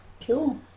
Cool